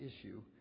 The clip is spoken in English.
issue